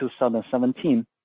2017